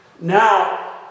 Now